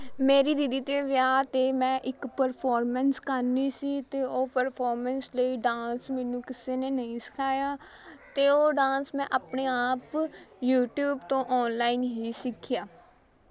ਮੇਰੀ ਦੀਦੀ ਦੇ ਵਿਆਹ 'ਤੇ ਮੈਂ ਇੱਕ ਪਰਫੋਰਮੈਂਸ ਕਰਨੀ ਸੀ ਅਤੇ ਉਹ ਪਰਫੋਰਮੈਂਸ ਲਈ ਡਾਂਸ ਮੈਨੂੰ ਕਿਸੇ ਨੇ ਨਹੀਂ ਸਿਖਾਇਆ ਅਤੇ ਉਹ ਡਾਂਸ ਮੈਂ ਆਪਣੇ ਆਪ ਯੂਟਿਊਬ ਤੋਂ ਔਨਲਾਈਨ ਹੀ ਸਿੱਖਿਆ